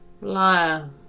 Liar